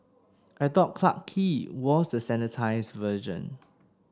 I thought Clarke Quay was the sanitised version